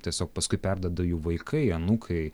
tiesiog paskui perduoda jų vaikai anūkai